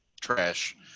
trash